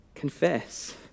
Confess